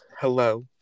Hello